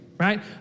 right